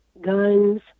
guns